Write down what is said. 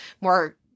more